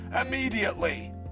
immediately